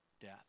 death